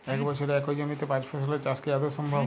এক বছরে একই জমিতে পাঁচ ফসলের চাষ কি আদৌ সম্ভব?